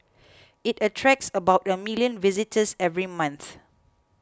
it attracts about a million visitors every month